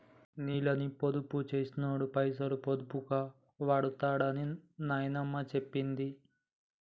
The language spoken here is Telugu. నీళ్ళని పొదుపు చేసినోడే పైసలు పొదుపుగా వాడుతడని నాయనమ్మ చెప్పేది